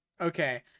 Okay